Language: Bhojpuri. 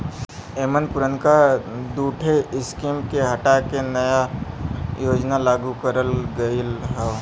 एमन पुरनका दूठे स्कीम के हटा के नया योजना लागू करल गयल हौ